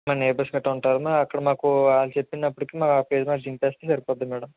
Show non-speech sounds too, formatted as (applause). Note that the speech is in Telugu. మా నైబర్స్ గట్రా ఉంటారు నా అక్కడ మాకు ఆళ్ళు చెప్పినప్పటికీ (unintelligible) సరిపోతుంది మేడం